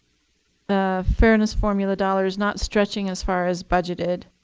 the fairness formula dollars not stretching as far as budgeted.